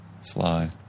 Sly